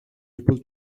people